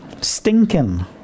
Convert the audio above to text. Stinking